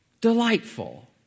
Delightful